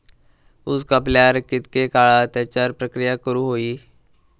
ऊस कापल्यार कितके काळात त्याच्यार प्रक्रिया करू होई?